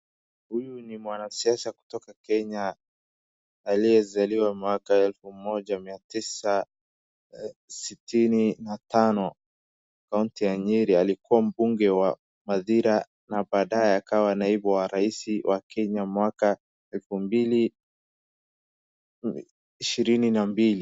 Huyu ni mwanasiasa kutoka kenya aliyezaliwa mwaka wa elfu moja mia tisa sitini na tano kaunti ya Nyeri. Alikuwa mmbunge wa Madhira na baadaye akawa naibu wa rais wa kenya mwaka wa elfu mbili ishirini na mbili.